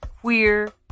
queer